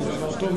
זה דבר טוב,